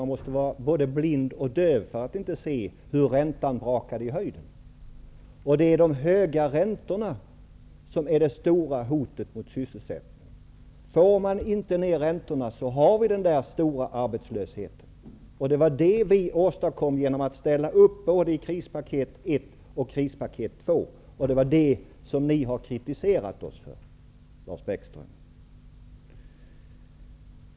Man måste ha varit både blind och döv för att inte se hur räntan rakade i höjden. Det är de höga räntorna som är det stora hotet mot sysselsättningen. Får vi inte ned räntorna blir arbetslösheten stor. Det vi åstadkom genom att ställa upp på både krispaket ett och krispaket två var att räntorna sänktes. Det är det ni har kritiserat oss för, Lars Bäckström.